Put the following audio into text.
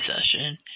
session